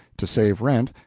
to save rent,